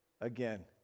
Again